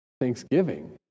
Thanksgiving